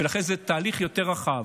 ולכן זה תהליך יותר רחב.